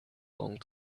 long